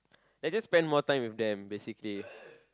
and just spend more time with them basically